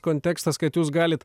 kontekstas kad jūs galit